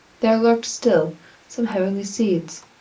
there lurked still some heavenly seeds.